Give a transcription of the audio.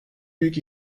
büyük